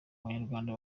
abanyarwanda